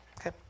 okay